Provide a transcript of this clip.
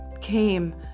came